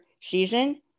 season